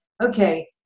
Okay